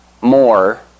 more